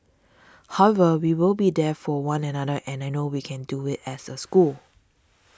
however we will be there for one another and I know we can do it as a school